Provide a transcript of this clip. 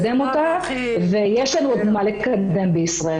לקדם אותה, ויש לנו עוד מה לקדם בישראל.